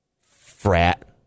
frat